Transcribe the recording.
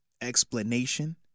explanation